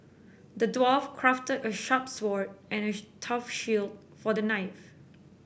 the dwarf crafted a sharp sword and a tough shield for the knife